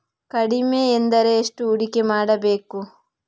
ಕಡಿಮೆ ಎಂದರೆ ಎಷ್ಟು ಹೂಡಿಕೆ ಮಾಡಬೇಕು?